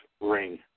ring